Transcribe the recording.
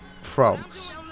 frogs